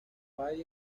fire